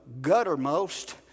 guttermost